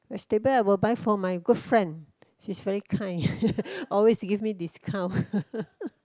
vegetable I will buy from my good friend she's very kind always give me discount